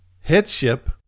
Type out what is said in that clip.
headship